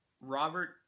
Robert